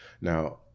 Now